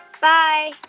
Bye